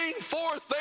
forth